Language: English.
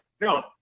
no